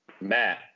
Matt